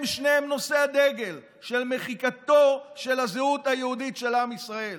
הם שניהם נושאי הדגל של מחיקתה של הזהות היהודית של עם ישראל.